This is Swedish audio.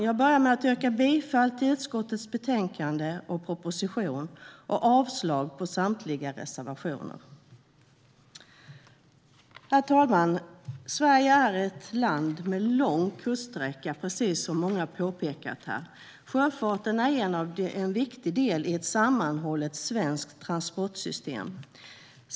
Jag börjar med att yrka bifall till utskottets förslag och därmed propositionen samt avslag på samtliga reservationer. Herr talman! Sverige är ett land med lång kuststräcka, precis som många här påpekat. Sjöfarten är en viktig del i ett sammanhållet svenskt transportsystem.